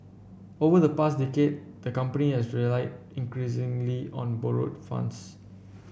over the past decade the company has relied increasingly on borrowed funds